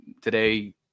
today